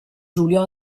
giulio